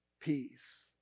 peace